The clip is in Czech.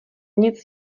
nic